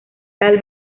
tal